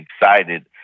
excited